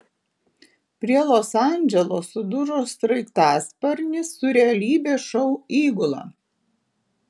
prie los andželo sudužo sraigtasparnis su realybės šou įgula